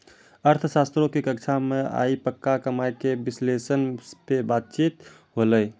अर्थशास्त्रो के कक्षा मे आइ पक्का कमाय के विश्लेषण पे बातचीत होलै